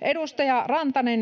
Edustaja Rantanen,